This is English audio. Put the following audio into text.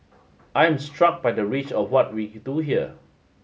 I am struck by the reach of what we do here